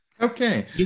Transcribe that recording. okay